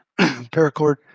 Paracord